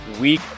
Week